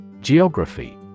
Geography